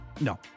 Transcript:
no